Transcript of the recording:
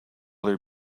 there